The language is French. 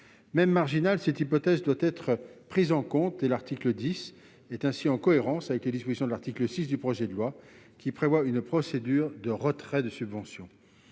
Même marginale, cette hypothèse doit être prise en compte. L'article 10 est ainsi en cohérence avec les dispositions de l'article 6, qui prévoit une procédure de retrait des subventions.